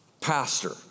pastor